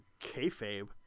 Kayfabe